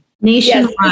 nationwide